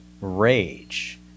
rage